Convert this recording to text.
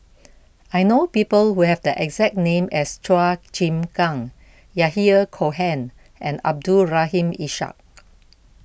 I know people who have the exact name as Chua Chim Kang Yahya Cohen and Abdul Rahim Ishak